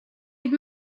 had